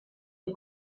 les